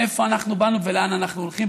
מאיפה באנו ולאן אנחנו הולכים,